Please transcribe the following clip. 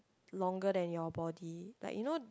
longer than your body like you know